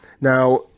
Now